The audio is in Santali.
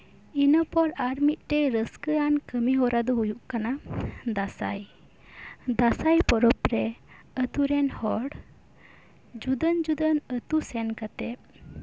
ᱤᱱᱟᱹ ᱯᱚᱨ ᱟᱨᱢᱤᱫᱮᱱ ᱨᱟᱹᱥᱠᱟᱹᱣᱟᱱ ᱠᱟᱹᱢᱤᱦᱚᱨᱟ ᱫᱚ ᱦᱩᱭᱩᱜ ᱠᱟᱱᱟ ᱫᱟᱸᱥᱟᱭ ᱫᱟᱸᱥᱟᱭ ᱯᱚᱨᱚᱵᱽ ᱨᱮ ᱟᱹᱛᱳ ᱨᱮᱱ ᱦᱚᱲ ᱡᱩᱫᱟᱹᱱ ᱡᱩᱫᱟᱹᱱ ᱟᱹᱛᱳ ᱥᱮᱱ ᱠᱟᱛᱮᱫ